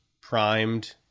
primed